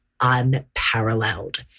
unparalleled